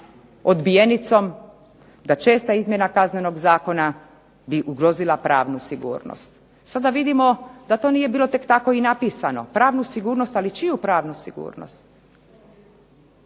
odbijenicom, da česta izmjena Kaznenog zakona bi ugrozila pravnu sigurnost. Sada vidimo da to nije bilo tek tako i napisano. Pravnu sigurnost? Ali čiju pravnu sigurnost?